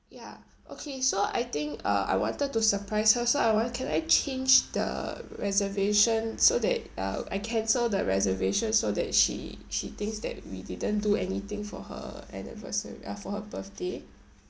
ya okay so I think uh I wanted to surprise her so I want can I change the reservation so that uh I cancel the reservations so that she she thinks that we didn't do anything for her anniversary uh for her birthday